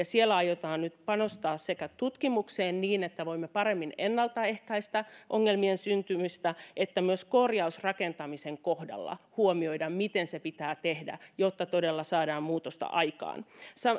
siellä aiotaan nyt sekä panostaa tutkimukseen niin että voimme paremmin ennaltaehkäistä ongelmien syntymistä että myös korjausrakentamisen kohdalla huomioida miten se pitää tehdä jotta todella saadaan muutosta aikaan